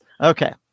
okay